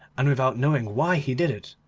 and without knowing why he did it,